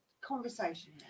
conversation